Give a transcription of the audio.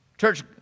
Church